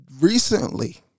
recently